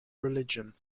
religion